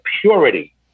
purity